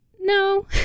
no